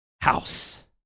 house